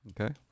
Okay